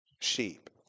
sheep